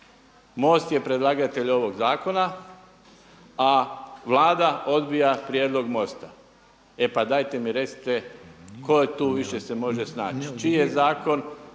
MOST je predlagatelj ovog zakona, a Vlada odbija prijedlog MOST-a. E pa dajte mi recite tko se tu više može snaći, čiji je zakon,